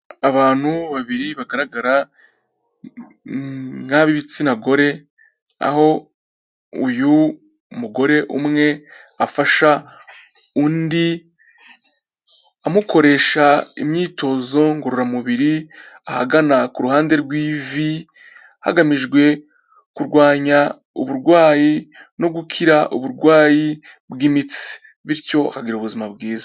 Abantu babiri bagaragara nk'ab'ibitsina gore, aho uyu mugore umwe afasha undi amukoresha imyitozo ngororamubiri, ahagana ku ruhande rw'ivi hagamijwe kurwanya uburwayi no gukira uburwayi bw'imitsi. Bityo bakagira ubuzima bwiza.